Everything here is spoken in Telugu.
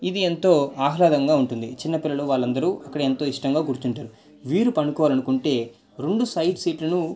ఇది ఎంతో ఆహ్లాదంగా ఉంటుంది చిన్నపిల్లలు వాళ్ళందరూ అక్కడ ఎంతో ఇష్టంగా కూర్చుంటారు వీరు పండుకోవాలనుకుంటే రెండు సైడ్ సిట్లను